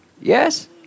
Yes